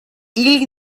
ili